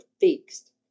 fixed